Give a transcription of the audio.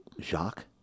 Jacques